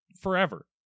forever